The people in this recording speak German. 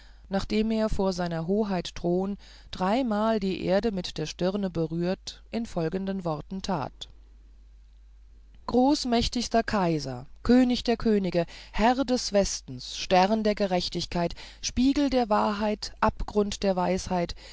nachdem er vor sr hoheit thron dreimal die erde mit der stirne berührte in folgenden worten tat großmächtigster kaiser könig der könige herr des westen stern der gerechtigkeit spiegel der wahrheit abgrund der weisheit